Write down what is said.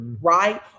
right